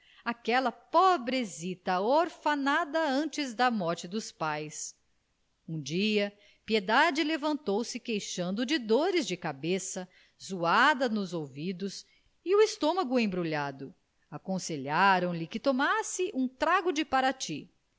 a filha aquela pobrezita orfanada antes da morte dos pais um dia piedade levantou-se queixando-se de dores de cabeça zoada nos ouvidos e o estômago embrulhado aconselharam lhe que tomasse um trago de parati